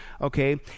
Okay